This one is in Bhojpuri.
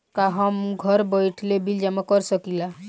का हम घर बइठे बिल जमा कर शकिला?